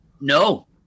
No